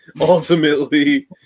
ultimately